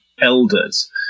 elders